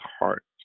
heart